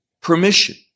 permission